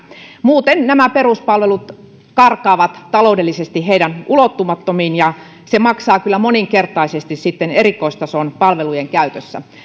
muuten peruspalvelut karkaavat taloudellisesti heidän ulottumattomiinsa ja se maksaa kyllä moninkertaisesti sitten erikoistason palvelujen käytössä